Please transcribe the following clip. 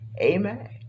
Amen